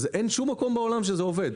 אין שום מקום בעולם שזה עובד.